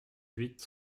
huit